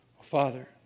Father